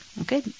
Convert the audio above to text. Okay